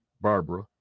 Barbara